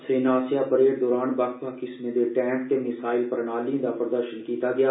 सेना आसेया परेड दौरान बक्ख बक्ख किस्मैं दे टैंक ते मिसाईल प्रणालियें दा प्रदर्शन बी कीता गेया